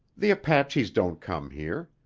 the apaches don't come here.